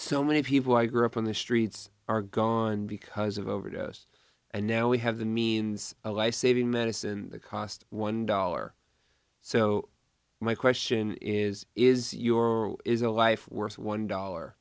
so many people i grew up on the streets are gone because of overdose and now we have the means of life saving medicine cost one dollar so my question is is your is a life worth one dollar